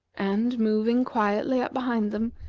and moving quietly up behind them,